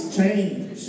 change